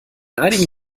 einigen